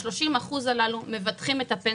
ה-30% הללו מבטחים את הפנסיה.